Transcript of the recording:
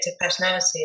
personality